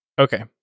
Okay